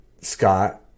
Scott